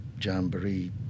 Jamboree